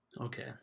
Okay